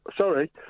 Sorry